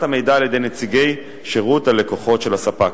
המידע על-ידי נציגי שירות הלקוחות של הספק.